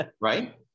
right